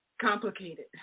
Complicated